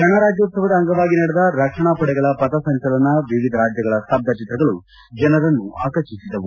ಗಣರಾಜ್ಕೋತ್ತವದ ಅಂಗವಾಗಿ ನಡೆದ ರಕ್ಷಣಾಪಡೆಗಳ ಪಥಸಂಚಲನ ವಿವಿಧ ರಾಜ್ಯಗಳ ಸ್ತಬ್ದ ಚಿತ್ರಗಳು ಜನರನ್ನು ಆಕರ್ಷಿಸಿದವು